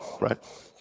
right